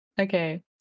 Okay